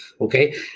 okay